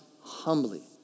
humbly